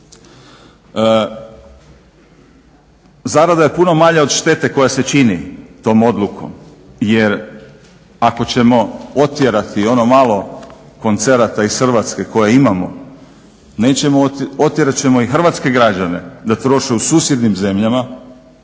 Zarada je puno manja od štete koja se čini tom odlukom jer ako ćemo otjerati ono malo koncerata iz Hrvatske koje imamo, otjerat ćemo i hrvatske građane da troše u susjednim zemljama,